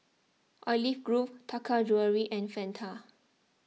Olive Grove Taka Jewelry and Fanta